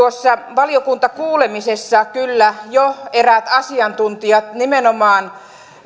valiokuntakuulemisessa jo eräät asiantuntijat nimenomaan